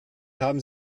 haben